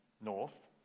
north